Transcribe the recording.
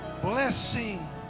blessing